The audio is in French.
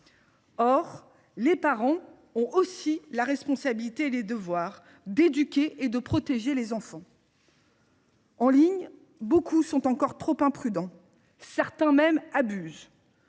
Or les parents ont aussi la responsabilité et le devoir d’éduquer et de protéger leurs enfants. En ligne, beaucoup sont encore trop imprudents, voire abusent